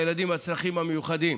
הילדים עם הצרכים המיוחדים.